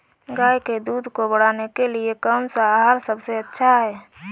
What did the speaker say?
गाय के दूध को बढ़ाने के लिए कौनसा आहार सबसे अच्छा है?